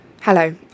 Hello